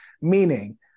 Meaning